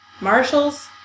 Marshalls